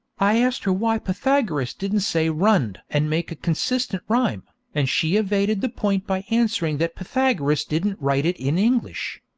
i asked her why pythagoras didn't say runned and make a consistent rhyme, and she evaded the point by answering that pythagoras didn't write it in english.